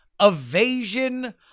evasion